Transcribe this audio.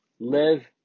Live